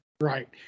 Right